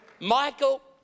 Michael